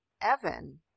Evan